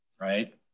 right